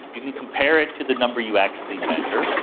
you can compare it to the number you actually measure,